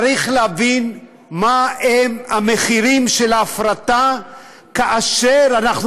צריך להבין מהם המחירים של ההפרטה כאשר אנחנו